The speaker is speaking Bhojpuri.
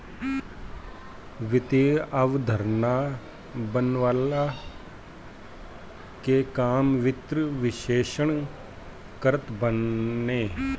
वित्तीय अवधारणा बनवला के काम वित्त विशेषज्ञ करत बाने